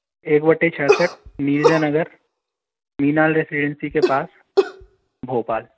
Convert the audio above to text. एक बट्टे छियासठ मिर्ज़ा नगर मीनाल रेसिडैन्सी के पास भोपाल